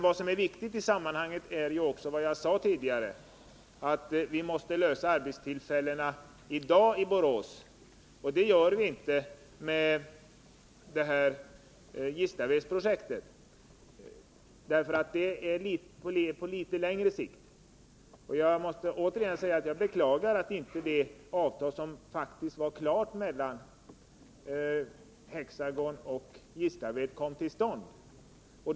Vad som är viktigt i sammanhanget är också vad jag sade tidigare om att vi måste skapa arbetstillfällen i dag i Borås. Det gör vi inte med det här Gislavedsprojektet, eftersom det är en lösning på litet längre sikt. Jag måste därför återigen säga att jag beklagar att inte det avtal mellan Hexagon och Gislaved, som faktiskt var klart, kom till stånd.